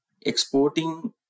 exporting